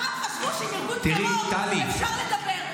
פעם חשבו שעם ארגון טרור אפשר לדבר.